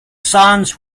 sons